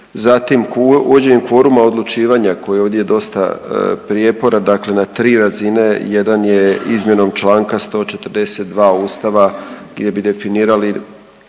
zatim uvođenjem kvoruma odlučivanja koji je ovdje dosta prijeporan, dakle na tri razine, jedan je izmjenom čl. 142. ustava gdje bi definirali